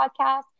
podcast